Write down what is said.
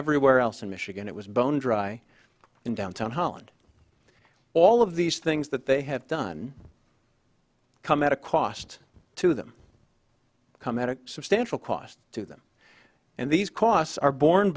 everywhere else in michigan it was bone dry in downtown holland all of these things that they have done come at a cost to them come at a substantial cost to them and these costs are born